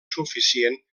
suficient